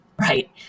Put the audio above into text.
right